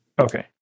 Okay